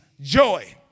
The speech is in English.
joy